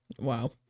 Wow